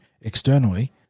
externally